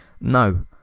no